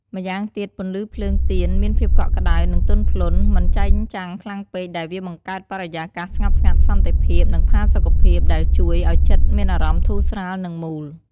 ម្យ៉ាងទៀត ពន្លឺភ្លើងទៀនមានភាពកក់ក្ដៅ និងទន់ភ្លន់ មិនចែងចាំងខ្លាំងពេកដែលវាបង្កើតបរិយាកាស ស្ងប់ស្ងាត់ សន្តិភាព និងផាសុកភាព ដែលជួយឲ្យចិត្តមានអារម្មណ៍ធូរស្រាល និងមូល។